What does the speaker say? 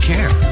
Care